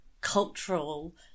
cultural